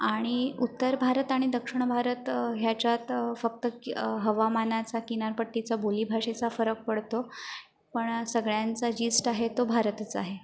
आणि उत्तर भारत आणि दक्षिण भारत ह्याच्यात फक्त हवामानाचा किनारपट्टीचा बोलीभाषेचा फरक पडतो पण सगळ्यांचा जीस्ट आहे तो भारतच आहे